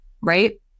Right